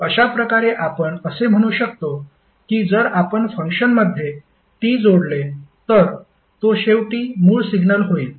अशा प्रकारे आपण असे म्हणू शकतो की जर आपण फंक्शनमध्ये T जोडले तर तो शेवटी मूळ सिग्नल होईल